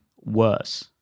worse